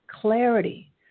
clarity